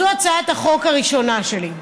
זו הצעת החוק הראשונה שלי.